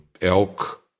elk